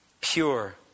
Pure